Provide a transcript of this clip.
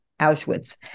Auschwitz